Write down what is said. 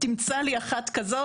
תמצא לי אחת כזאת.